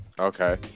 Okay